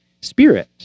spirit